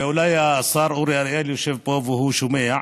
ואולי, השר אורי אריאל יושב פה והוא שומע.